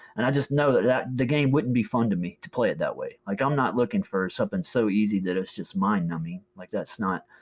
and i just know that that the game wouldn't be fun to me, to play it that way. like i'm not looking for something so easy that it's just mind numbing. like that's not,